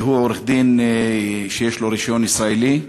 הוא עורך-דין שיש לו רישיון ישראלי,